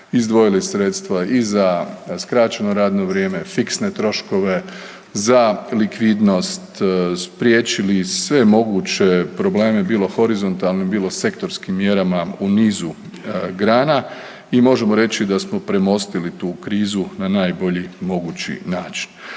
izdvojili sredstva i za skraćeno radno vrijeme, fiksne troškove, za likvidnost, spriječili sve moguće probleme, bilo horizontalne, bilo sektorskim mjerama u nizu grana i možemo reći da smo premostili tu krizu na najbolji mogući način.